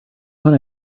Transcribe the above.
when